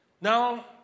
Now